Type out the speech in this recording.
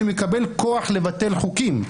שמקבל כוח לבטל חוקים.